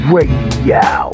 Radio